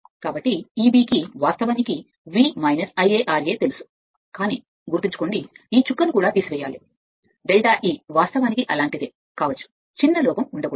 కాబట్టి Eb కి వాస్తవానికి V ∅ ra తెలుసు కానీ గుర్తుంచుకోండి ఈ చుక్కను కూడా తీసివేయాలి డెల్టా E వాస్తవానికి అలాంటిదే కావచ్చు చిన్న లోపం ఉండకూడదు